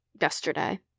yesterday